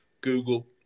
Google